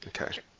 Okay